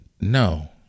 No